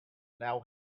now